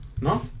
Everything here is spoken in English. No